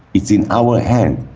it's in our hands,